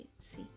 see